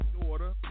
daughter